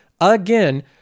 again